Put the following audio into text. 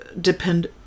depend